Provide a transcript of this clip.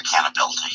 accountability